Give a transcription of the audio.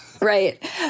Right